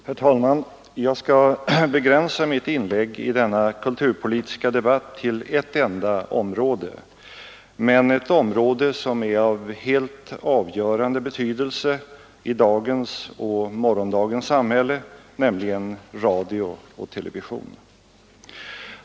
Herr talman! Jag skall begränsa mitt inlägg i denna kulturpolitiska debatt till ett enda område, men ett område som är av helt avgörande betydelse i dagens och morgondagens samhälle, nämligen radio och television.